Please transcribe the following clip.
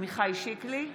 עמיחי שיקלי,